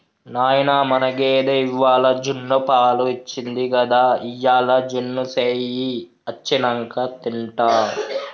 నాయనా మన గేదె ఇవ్వాల జున్నుపాలు ఇచ్చింది గదా ఇయ్యాల జున్ను సెయ్యి అచ్చినంక తింటా